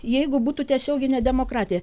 jeigu būtų tiesioginė demokratija